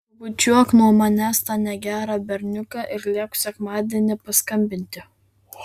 pabučiuok nuo manęs tą negerą berniuką ir liepk sekmadienį paskambinti